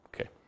okay